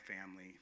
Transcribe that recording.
family